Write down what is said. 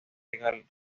compañía